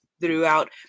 throughout